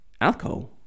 alcohol